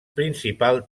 principal